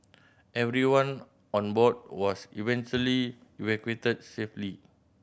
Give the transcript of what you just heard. everyone on board was eventually evacuated safely